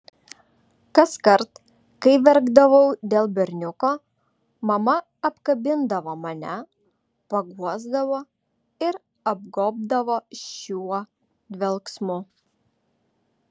kaskart kai verkdavau dėl berniuko mama apkabindavo mane paguosdavo ir apgobdavo šiuo dvelksmu